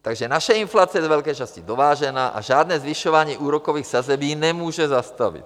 Takže naše inflace je z velké části dovážená a žádné zvyšování úrokových sazeb ji nemůže zastavit.